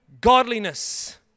godliness